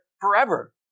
forever